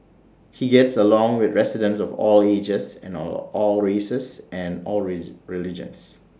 he gets along with residents of all ages and all all races and all religions